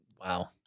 wow